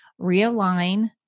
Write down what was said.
realign